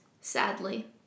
sadly